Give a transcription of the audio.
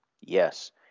Yes